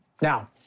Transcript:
Now